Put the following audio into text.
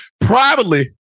Privately